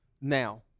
now